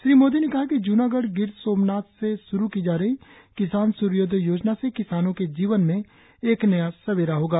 श्री मोदी ने कहा कि ज्नागढ़ गिर सोमनाथ से श्रु की जा कही किसान स्रर्योदय योजना से किसानों के जीवन में एक नया सवेरा होगा